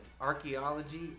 archaeology